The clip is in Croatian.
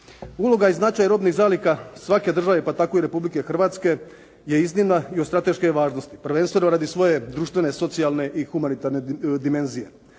Uloga i značaj robnih zaliha svake države pa tako i Republike Hrvatske je iznimna i od strateške je važnosti, prvenstveno radi svoje društvene, socijalne i humanitarne dimenzije.